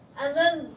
and then,